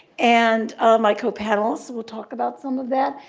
and my co-panelists will talk about some of that.